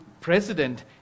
president